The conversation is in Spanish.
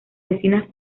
vecinas